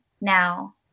now